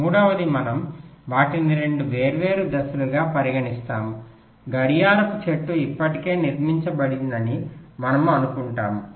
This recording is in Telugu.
మూడవది మనము వాటిని 2 వేర్వేరు దశలుగా పరిగణిస్తాము గడియార చెట్టు ఇప్పటికే నిర్మించబడిందని మనము అనుకుంటాము